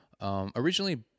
Originally